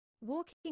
Walking